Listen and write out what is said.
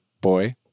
boy